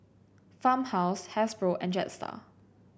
Farmhouse Hasbro and Jetstar